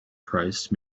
priced